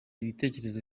ibitekerezo